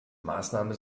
maßnahme